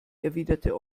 erwiderte